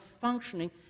functioning